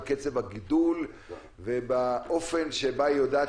בקצב הגידול ובאופן שבו היא יודעת